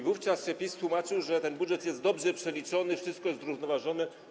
Wówczas PiS tłumaczył, że ten budżet jest dobrze przeliczony, wszystko jest zrównoważone.